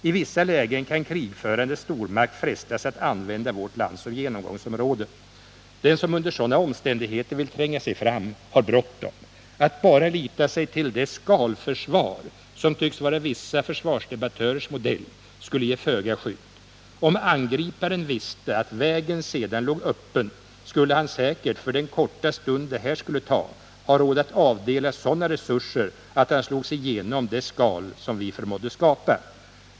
I vissa lägen kan krigförande stormakt frestas att använda vårt land som genomgångsområde. Den som under sådana omständigheter vill tränga sig fram har bråttom. Att bara förlita sig på det skalförsvar som tycks vara vissa försvarsdebattörers modell innebär föga skydd. Om angriparen visste att vägen sedan låg öppen skulle han säkert, för den korta stund det här skulle ta, ha råd att avdela sådana resurser att han slog sig igenom det skal som vi förmådde skapa.